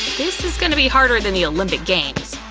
this is gonna be harder than the olympic games!